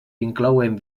inclouen